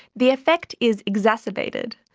the effect is exacerbated,